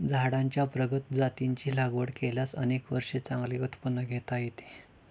झाडांच्या प्रगत जातींची लागवड केल्यास अनेक वर्षे चांगले उत्पादन घेता येते